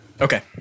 Okay